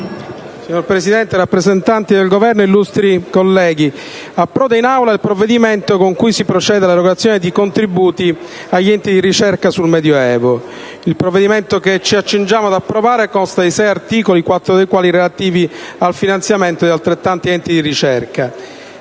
Signora Presidente, rappresentanti del Governo, illustri colleghi, approda in Aula il provvedimento con cui si procede all'erogazione di contributi agli enti di ricerca sul Medioevo. Il provvedimento che ci accingiamo ad approvare consta di sei articoli, quattro dei quali relativi al finanziamento di altrettanti enti di ricerca.